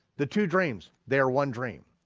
the two dreams, they are one dream.